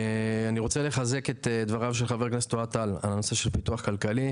אני רוצה לחזק את דבריו של חבר הכנסת אוהד טל על הנושא של פיתוח כלכלי.